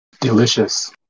Delicious